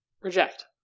reject